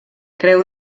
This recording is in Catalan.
creu